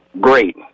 great